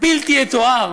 הבלתי-יתואר